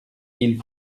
ille